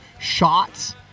shots